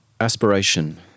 Aspiration